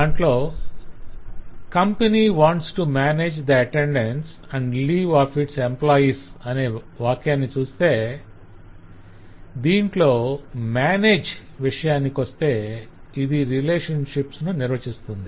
'company wants to manage the attendance and leave of its employees' వాక్యాన్ని చూస్తే దీంట్లో 'manage' విషయానికొస్తే ఇది రిలేషన్షిప్ ను నిర్వచిస్తుంది